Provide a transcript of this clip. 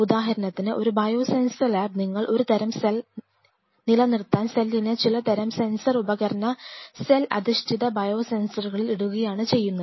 ഉദാഹരണത്തിന് ഒരു ബയോസെൻസർ ലാബിൽ സെല്ലിനെ സെൽ അധിഷ്ഠിത ബയോ സെൻസറിൽ ഇടാനാണ് ഉപയോഗിക്കുന്നത്